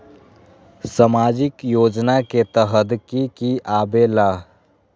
समाजिक योजना के तहद कि की आवे ला?